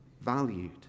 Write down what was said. valued